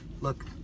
look